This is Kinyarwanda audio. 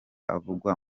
avugwa